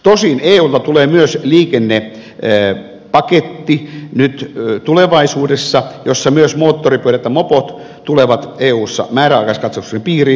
tosin eulta tulee myös liikennepaketti nyt tulevaisuudessa jossa myös moottoripyörät ja mopot tulevat eussa määräaikaiskatsastuksen piiriin